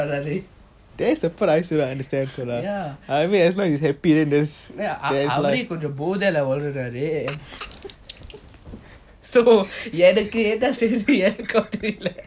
ya then ஆவரேய கொஞ்சம் போதைல ஒளருறாரு:aavarey konjam bothaila olaaruraaru so என்னக்கு என்ன சிறது என்னாகும் தெரில:ennaku enna sirathu ennakum terila